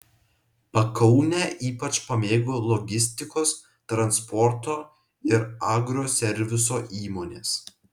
pakaunę ypač pamėgo logistikos transporto ir agroserviso įmonės